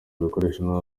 ibikoresho